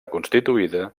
constituïda